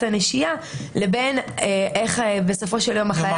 הנשייה לבין איך בסופו של יום החייב יסיים.